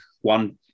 one